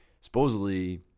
supposedly